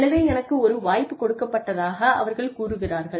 எனவே எனக்கு ஒரு வாய்ப்பு கொடுக்கப்பட்டதாக அவர்கள் கூறுகிறார்கள்